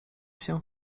się